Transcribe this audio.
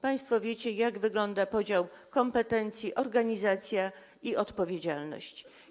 Państwo wiecie, jak wygląda podział kompetencji, organizacja i odpowiedzialność.